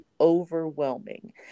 overwhelming